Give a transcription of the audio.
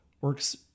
works